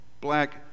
black